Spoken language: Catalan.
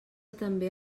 també